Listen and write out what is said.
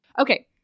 Okay